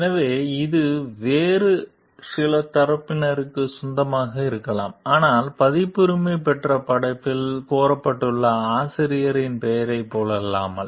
எனவே இது வேறு சில தரப்பினருக்குச் சொந்தமானதாக இருக்கலாம் ஆனால் பதிப்புரிமை பெற்ற படைப்பில் சேர்க்கப்பட்டுள்ள ஆசிரியரின் பெயரைப் போலல்லாமல்